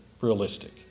realistic